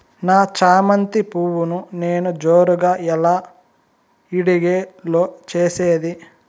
నా చామంతి పువ్వును నేను జోరుగా ఎలా ఇడిగే లో చేసేది?